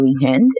weekend